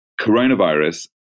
coronavirus